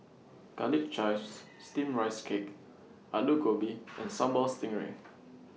Garlic Chives Steamed Rice Cake Aloo Gobi and Sambal Stingray